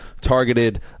targeted